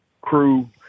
crew